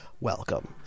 welcome